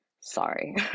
Sorry